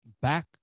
back